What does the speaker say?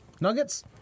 nuggets